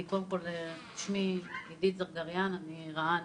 אני רע"ן